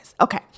Okay